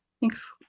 thanks